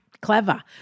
Clever